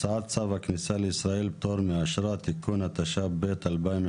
הצעת צו הכניסה לישראל (פטור מאשרה)(תיקון) התשפ"ב-2021